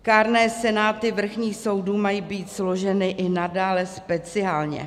Kárné senáty vrchních soudů mají být složeny i nadále speciálně.